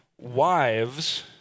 wives